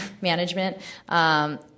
management